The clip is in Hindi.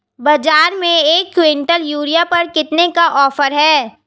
बाज़ार में एक किवंटल यूरिया पर कितने का ऑफ़र है?